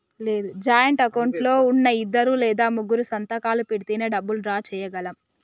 joint account లో ఉన్నా ఇద్దరు లేదా ముగ్గురూ సంతకాలు పెడితేనే డబ్బులు డ్రా చేయగలం